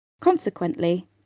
Consequently